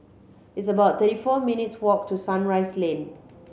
it's about thirty four minutes' walk to Sunrise Lane